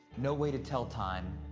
no way to tell time.